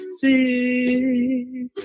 see